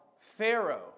Pharaoh